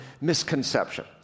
misconception